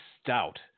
stout